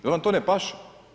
Jel vam to ne paše.